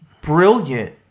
brilliant